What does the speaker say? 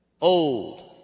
old